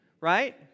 Right